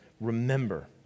Remember